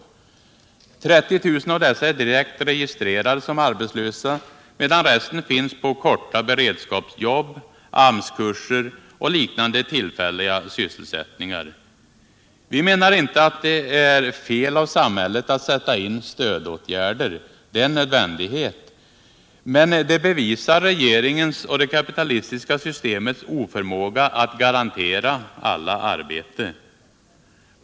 Av dessa är 30 000 direkt registrerade som arbetslösa medan resten finns på korta beredskapsjobb, AMS-kurser och liknande tillfälliga sysselsättningar. Vi menar inte att det är fel av samhället att sätta in stödåtgärder - det är en nödvändighet —- men det bevisar regeringens och det kapitalistiska systemets oförmåga att garantera alla arbete.